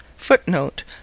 Footnote